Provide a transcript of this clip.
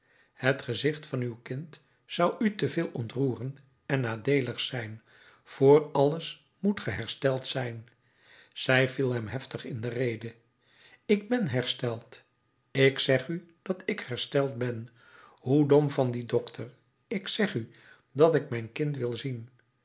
het gezicht van uw kind zou u te veel ontroeren en nadeelig zijn vr alles moet ge hersteld zijn zij viel hem heftig in de rede ik ben hersteld ik zeg u dat ik hersteld ben hoe dom van dien dokter ik zeg u dat ik mijn kind wil zien